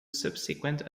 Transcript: subsequent